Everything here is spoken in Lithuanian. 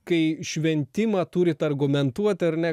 kai šventimą turit argumentuot ar ne